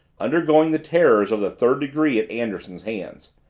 undergoing the terrors of the third degree at anderson's hands.